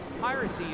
Piracy